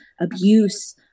abuse